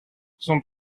son